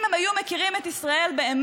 אם הם היו מכירים את ישראל באמת,